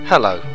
Hello